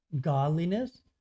godliness